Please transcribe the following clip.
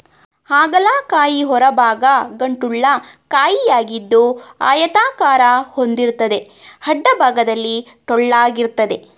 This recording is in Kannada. ಹಾಗಲ ಕಾಯಿ ಹೊರಭಾಗ ಗಂಟುಳ್ಳ ಕಾಯಿಯಾಗಿದ್ದು ಆಯತಾಕಾರ ಹೊಂದಿರ್ತದೆ ಅಡ್ಡಭಾಗದಲ್ಲಿ ಟೊಳ್ಳಾಗಿರ್ತದೆ